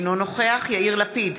אינו נוכח יאיר לפיד,